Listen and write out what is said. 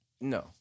no